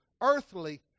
earthly